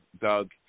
Doug